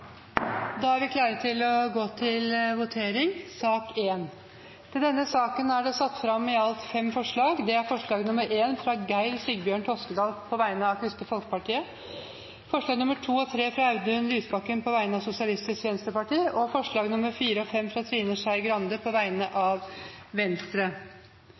Da er vi klare til å gå til votering. Under debatten er det satt fram fem forslag. Det er forslag nr. 1, fra Geir Sigbjørn Toskedal på vegne av Kristelig Folkeparti forslagene nr. 2 og 3, fra Audun Lysbakken på vegne av Sosialistisk Venstreparti forslagene nr. 4 og 5, fra Trine Skei Grande på vegne av Venstre.